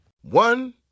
One